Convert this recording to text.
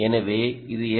எனவே இது எல்